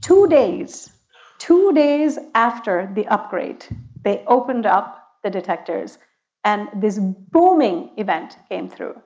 two days two days after the upgrade they opened up the detectors and this booming event came through.